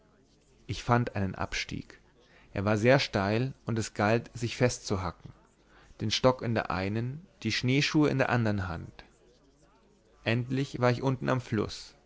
ich fand einen abstieg er war sehr steil und es galt sich festzuhacken den stock in der einen die schneeschuhe in der andern hand endlich war ich unten am fluß